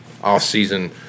off-season